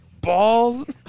balls